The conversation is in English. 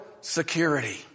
security